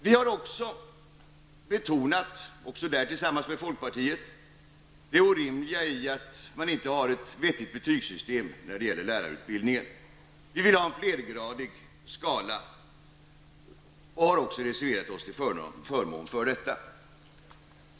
Vi har också betonat, även där tillsammans med folkpartiet, det orimliga i att man inte har ett vettigt betygssystem när det gäller lärarutbildningen. Vi vill ha en flergradig skala och har reserverat oss till förmån för detta.